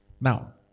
Now